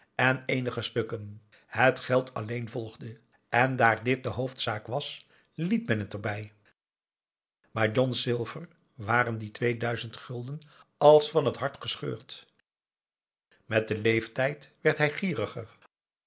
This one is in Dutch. en eenige stukken het geld alleen volgde en daar dit de hoofdzaak was liet men het erbij maar john silver waren die twee duizend gulden als van t hart gescheurd met den leeftijd werd hij